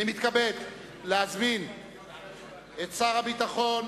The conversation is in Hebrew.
אני מתכבד להזמין את שר הביטחון